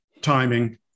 timing